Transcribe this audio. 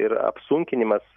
ir apsunkinimas